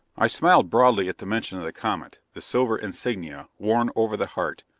i smiled broadly at the mention of the comet, the silver insignia, worn over the heart,